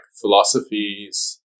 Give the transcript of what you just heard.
philosophies